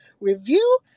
review